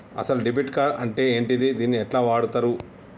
అసలు debit card అంటే ఏంటిది? దీన్ని ఎట్ల వాడుతరు?